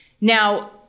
Now